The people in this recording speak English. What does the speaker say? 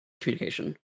communication